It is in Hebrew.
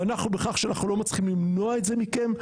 ואנחנו בכך שאנחנו לא מצליחים למנוע את זה מכם,